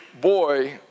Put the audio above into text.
boy